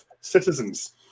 citizens